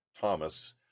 Thomas